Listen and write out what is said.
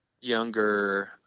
younger